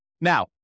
Now